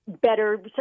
better